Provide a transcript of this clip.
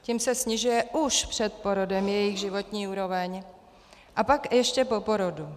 Tím se snižuje už před porodem jejich životní úroveň a pak ještě po porodu.